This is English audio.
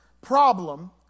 problem